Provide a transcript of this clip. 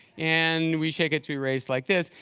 and we shake it to erase, like this.